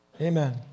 amen